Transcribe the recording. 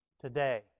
today